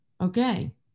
Okay